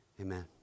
Amen